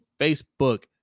facebook